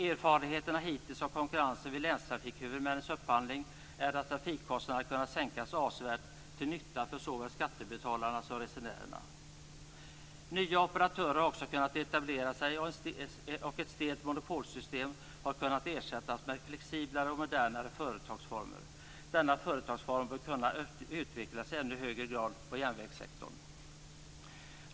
Erfarenheterna hittills av konkurrensen vid länstrafikhuvudmännens upphandling är att trafikkostnaderna kunnat sänkas avsevärt till nytta för såväl skattebetalarna som resenärerna. Nya operatörer har också kunnat etablera sig och ett stelt monopolsystem har kunnat ersättas med flexiblare och modernare företagsformer. Denna företagsform bör kunna utvecklas i ännu högre grad inom järnvägssektorn.